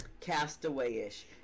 castaway-ish